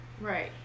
Right